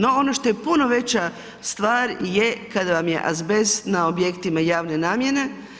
No, ono što je puno veća stvar je kada vam je azbest na objektima javne nabave.